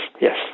yes